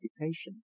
occupation